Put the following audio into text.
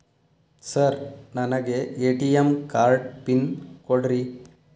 Sir ನನಗೆ ATM card pin ಕೊಡ್ರಿ?